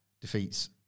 defeats